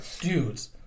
dudes